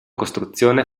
costruzione